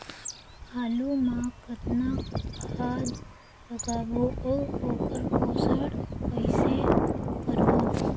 आलू मा कतना खाद लगाबो अउ ओकर पोषण कइसे करबो?